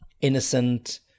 innocent